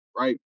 Right